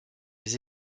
les